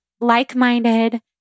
like-minded